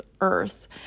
earth